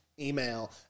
email